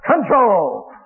Control